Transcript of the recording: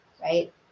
right